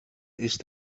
ist